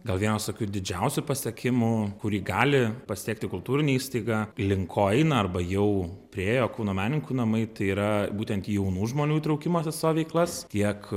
gal vienas tokių didžiausių pasiekimų kurį gali pasiekti kultūrinė įstaiga link ko eina arba jau priėjo kauno menininkų namai tai yra būtent jaunų žmonių įtraukimas į savo veiklas tiek